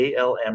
ALM